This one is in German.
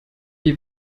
die